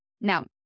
Now